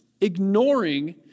ignoring